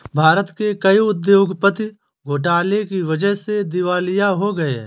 भारत के कई उद्योगपति घोटाले की वजह से दिवालिया हो गए हैं